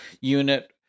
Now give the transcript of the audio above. unit